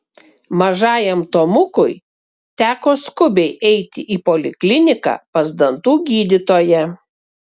mažajam tomukui teko skubiai eiti į polikliniką pas dantų gydytoją